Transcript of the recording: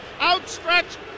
outstretched